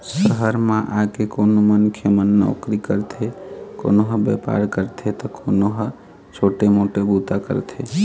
सहर म आके कोनो मनखे मन नउकरी करथे, कोनो ह बेपार करथे त कोनो ह छोटे मोटे बूता करथे